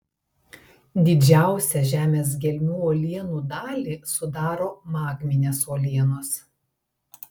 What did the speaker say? didžiausią žemės gelmių uolienų dalį sudaro magminės uolienos